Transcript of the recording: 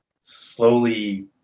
slowly